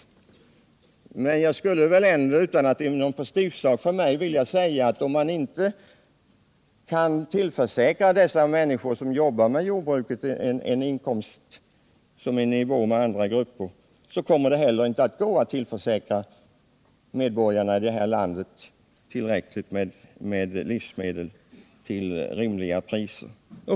Utan att göra det till någon prestigesak för mig skulle jag dock vilja påstå att om man inte kan tillförsäkra de människor som arbetar i jordbruket en inkomst som ligger i nivå med andra gruppers, kommer det inte heller att gå att tillförsäkra medborgarna i det här landet tillräckligt med livsmedel till rimliga priser.